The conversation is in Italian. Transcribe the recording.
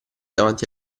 davanti